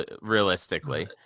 realistically